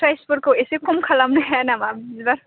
प्राइसफोरखौ एसे खम खालामनो हाया नामा बिबार